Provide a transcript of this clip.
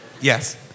Yes